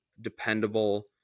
dependable